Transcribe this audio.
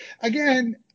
Again